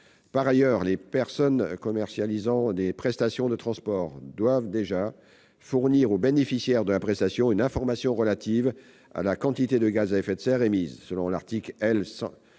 Par ailleurs, les personnes commercialisant des prestations de transport doivent déjà « fournir au bénéficiaire de la prestation une information relative à la quantité de gaz à effet de serre émise », selon l'article L.